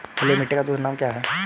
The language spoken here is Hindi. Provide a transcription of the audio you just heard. बलुई मिट्टी का दूसरा नाम क्या है?